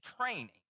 training